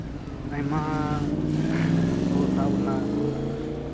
ᱟᱭᱢᱟ ᱦᱟᱹᱠᱩ ᱥᱟᱵ ᱨᱮᱱᱟᱜ